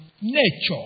nature